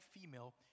female